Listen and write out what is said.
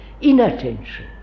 inattention